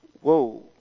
whoa